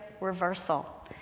reversal